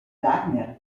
wagner